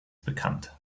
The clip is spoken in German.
bekannt